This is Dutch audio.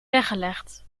weggelegd